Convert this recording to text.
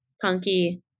Punky